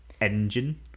engine